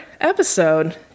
episode